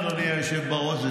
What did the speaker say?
אדוני היושב בראש,